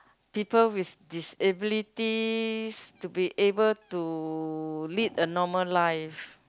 people with disabilities to be able to lead a normal life